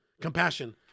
Compassion